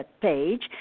page